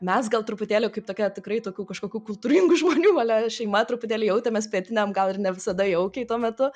mes gal truputėlį kaip tokia tikrai tokių kažkokių kultūringų žmonių ale šeima truputėlį jautėmės pietiniam gal ir ne visada jaukiai tuo metu